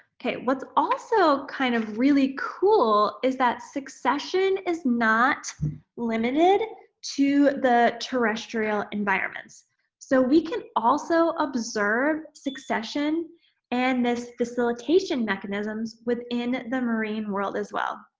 okay. what's also kind of really cool is that succession is not limited to the terrestrial environments so we can also observe succession and this facilitation mechanisms within the marine world as well.